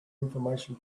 information